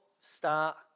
start